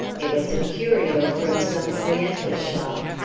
it was a curio from some oriental shop.